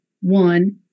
one